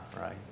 right